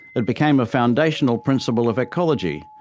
it became a foundational principle of ecology,